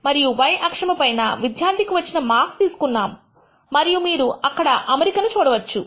మరియు y అక్షము పైన విద్యార్థికి వచ్చిన మార్క్స్ తీసుకున్నాము మరియు మీరు అక్కడ అమరికను చూడవచ్చు